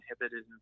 inhibited